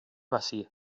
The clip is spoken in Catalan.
bací